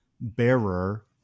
bearer